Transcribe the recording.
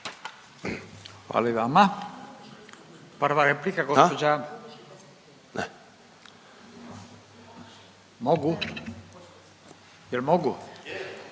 Hvala i vama. Prva replika gospođa, mogu, jel mogu?